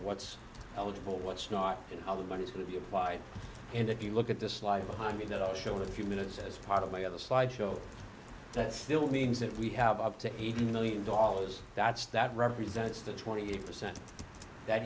what's eligible what's not and how they're going to be applied and if you look at this live behind me that i showed a few minutes as part of my other slide show that still means that we have up to eighty million dollars that's that represents the twenty eight percent that